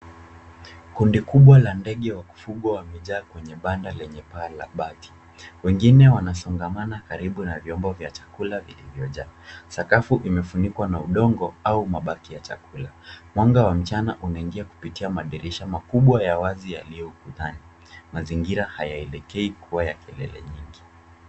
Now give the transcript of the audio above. Kundi kubwa la ndege wa kufugwa wamejaa kwenye banda lenye paa la bati. Wengine wanasongamana karibu na vyombo vya chakula vilivyojaa. Sakafu imefunikwa na udongo au mabaki ya chakula. Mwanga wa mchana unaingia kupitia madirisha makubwa ya wazi yaliyo ukutani. Mazingira hayaelekei kuwa ya kelele nyingi.